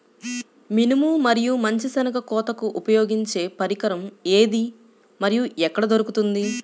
మినుము మరియు మంచి శెనగ కోతకు ఉపయోగించే పరికరం ఏది మరియు ఎక్కడ దొరుకుతుంది?